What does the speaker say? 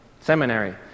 seminary